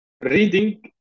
reading